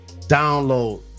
Download